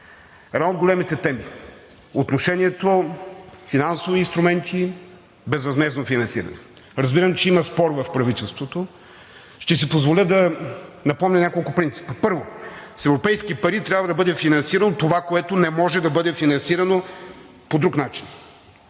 Една от големите теми е отношението финансови инструменти – безвъзмездно финансиране. Разбирам, че има спор в правителството. Ще си позволя да напомня няколко принципа. Първо, с европейски пари трябва да бъде финансирано това, което не може да бъде финансирано по друг начин,